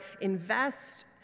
invest